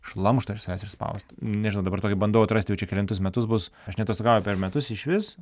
šlamštą iš savęs išspaust nežinau dabar tokį bandau atrast jau čia kelintus metus bus aš neatostogauju per metus išvis